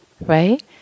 Right